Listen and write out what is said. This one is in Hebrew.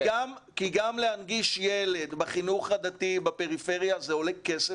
כי גם להנגיש ילד בחינוך הדתי בפריפריה זה עולה כסף